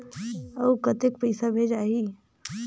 अउ कतेक पइसा भेजाही?